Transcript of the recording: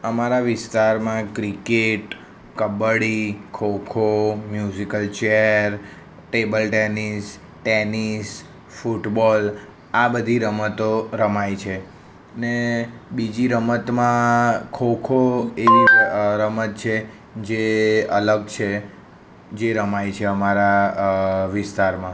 અમારા વિસ્તારમાં cricket kabaddi kho kho musical chair table tennis tennis football આ બધી રમતો રમાય છે ને બીજી રમતમાં ખોખો એ રમત છે જે અલગ છે જે રમાય છે અમારા વિસ્તારમાં